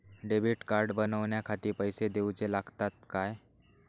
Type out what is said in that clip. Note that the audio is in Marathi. डेबिट कार्ड बनवण्याखाती पैसे दिऊचे लागतात काय?